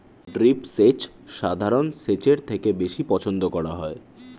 drip সেচ সাধারণ সেচের থেকে বেশি পছন্দ করা হয়